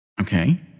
Okay